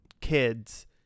kids